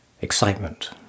excitement